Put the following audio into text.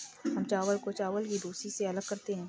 हम चावल को चावल की भूसी से अलग करते हैं